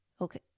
Okay